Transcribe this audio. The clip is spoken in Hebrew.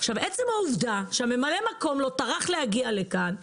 עצם העובדה שממלא מקום המנהל לא טרח להגיע לכאן,